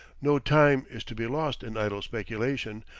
no time is to be lost in idle speculation,